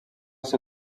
ser